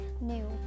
new